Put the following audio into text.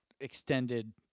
extended